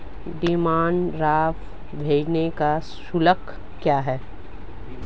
Demand draft भेजने का शुल्क क्या है?